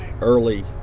early